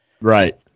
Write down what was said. Right